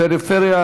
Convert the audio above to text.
הפריפריה,